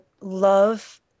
love